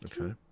Okay